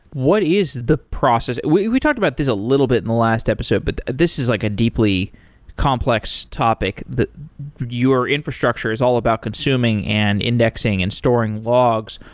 what is the process we we talked about this a little bit in the last episode, but this is like a deeply complex topic that your infrastructure is all about consuming and indexing and storing logs.